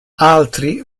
altri